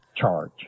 charge